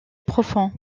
profonds